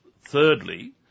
thirdly